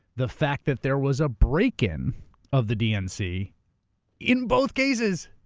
the fact that there was a break in of the dnc in both cases.